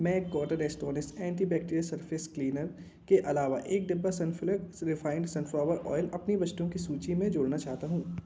मैं एक carton Astonish anti bacterial surface cleaner के अलावा एक डिब्बा सनप्योर रिफाइंड सनफ्लॉवर आयल अपनी वस्तुओं की सूची में जोड़ना चाहता हूँ